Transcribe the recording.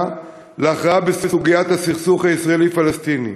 להכרעה בסוגיית הסכסוך הישראלי פלסטיני.